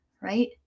Right